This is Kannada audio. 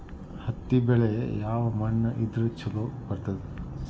ಹತ್ತಿ ಬೆಳಿ ಯಾವ ಮಣ್ಣ ಇದ್ರ ಛಲೋ ಬರ್ತದ?